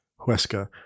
Huesca